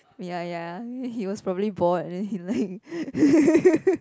ya ya he was probably bored then he is like